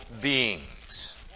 beings